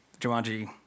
Jumanji